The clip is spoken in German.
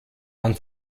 man